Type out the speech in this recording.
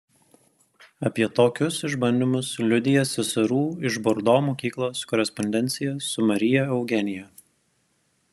apie tokius išbandymus liudija seserų iš bordo mokyklos korespondencija su marija eugenija